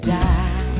die